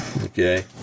okay